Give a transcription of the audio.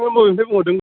बबेनिफ्राय बुंहरदों